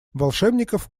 волшебников